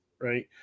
right